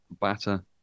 batter